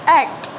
act